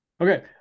Okay